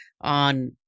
on